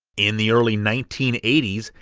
in the early nineteen eighty s,